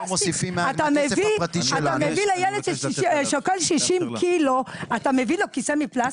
אתה מביא לילד ששוקל 60 קילו כיסא מפלסטיק?